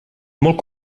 molt